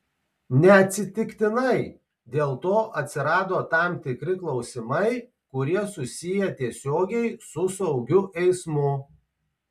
neatsitiktinai dėl to atsirado tam tikri klausimai kurie susiję tiesiogiai su saugiu eismu